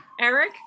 eric